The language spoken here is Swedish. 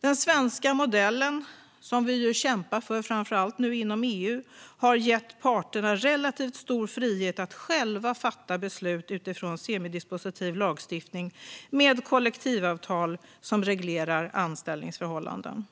Den svenska modellen, som vi nu kämpar för inom EU, har gett parterna relativt stor frihet att själva fatta beslut utifrån semidispositiv lagstiftning med kollektivavtal som reglerar anställningsförhållanden.